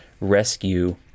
rescue